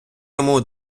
йому